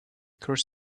curse